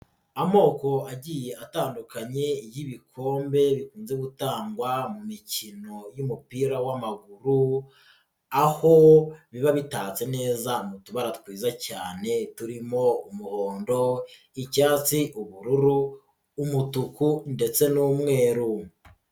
Amoko agiye atandukanye y'ibikombe byo gutangwa mu mikino y'umupira w'amaguru, aho biba bitatse neza mu tubara twiza cyane turimo umuhondo, icyatsi, ubururu, umutuku ndetse n'umweru.